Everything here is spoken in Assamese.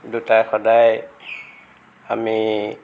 দুটা সদায় আমি